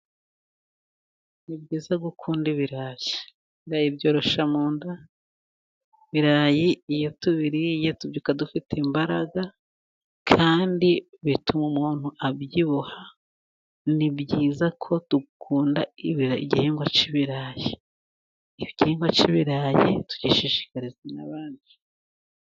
Ni byiza gukunda ibirayi, ibirayi byoroshya mu nda, irarayi iyo tubiriye tubyuka dufite imbaraga, kandi bituma umuntu abyibuha, ni byiza ko dukunda igihingwa cy'ibirayi, igihingwa cy'ibirayi tugishishikarize nabandi.